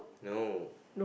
no